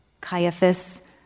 Caiaphas